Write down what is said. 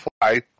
fly